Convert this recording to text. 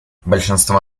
большинство